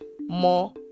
more